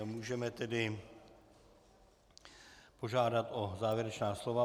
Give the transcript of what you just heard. Můžeme tedy požádat o závěrečná slova.